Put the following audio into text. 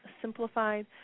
simplified